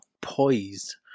poised